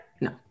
No